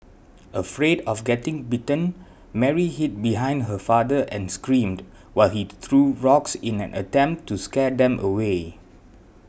afraid of getting bitten Mary hid behind her father and screamed while he threw rocks in an attempt to scare them away